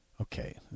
Okay